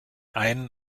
einen